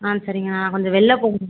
ஆ சரிங்கண்ணா நான் கொஞ்சம் வெளில போகணும்